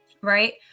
right